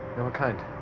and what kind?